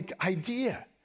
idea